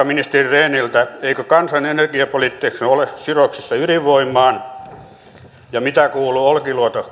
ministeri rehniltä eikö kansan energiapolitiikka ole sidoksissa ydinvoimaan mitä kuuluu olkiluoto